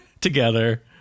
together